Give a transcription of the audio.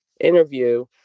interview